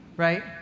right